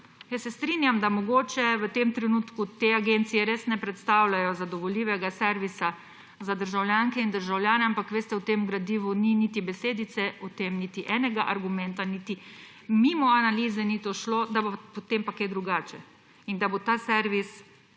Jaz se strinjam, da mogoče v tem trenutku te agencije res ne predstavljajo zadovoljivega servisa za državljanke in državljane, ampak v tem gradivu ni niti besedice o tem, niti enega argumenta, niti mimo analize ni to šlo, da bo potem pa kaj drugače in da bo ta servis